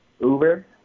Uber